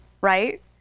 right